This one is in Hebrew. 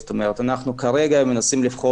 אנחנו כרגע מנסים,